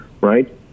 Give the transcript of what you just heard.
right